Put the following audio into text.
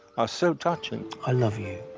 are so touching. i love you.